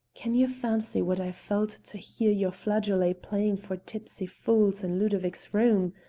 can you fancy what i felt to hear your flageolet playing for tipsy fools in ludovic's room?